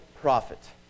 profit